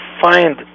find